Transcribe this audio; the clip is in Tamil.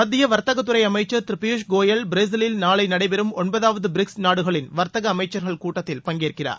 மத்திய வர்த்தக அமைச்சர் திரு பியூஷ் கோயல் பிரேசிலில் நாளை நடைபெறும் ஒன்பதாவது பிரிக்ஸ் நாடுகளின் வர்த்தக அமைச்சர்கள் கூட்டத்தில் பங்கேற்கிறார்